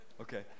Okay